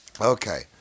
Okay